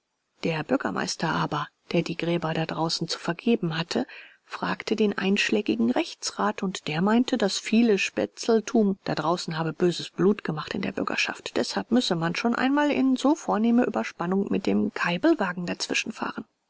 der bürgermeister aber der die gräber da draußen zu vergeben hatte fragte den einschlägigen rechtsrat und der meinte das viele spezltum da draußen habe böses blut gemacht in der bürgerschaft deshalb müsse man schon einmal in so vornehme überspannung mit dem kaiblwagen dazwischen fahren